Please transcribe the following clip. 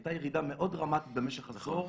הייתה ירידה מאוד דרמטית במשך עשור.